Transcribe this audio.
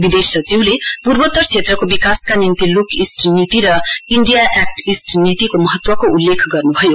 विदेश सचिवले पूर्वोतर क्षेत्रको विकासका निम्ति लुक इष्ट नीति र इण्डिया एक्ट इष्ट नीतिको महत्वको उल्लेख गर्नुभयो